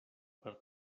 per